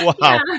Wow